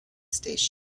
station